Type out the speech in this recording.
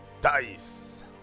dice